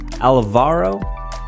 Alvaro